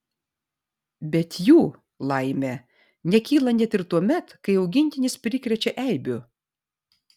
bet jų laimė nekyla net ir tuomet kai augintinis prikrečia eibių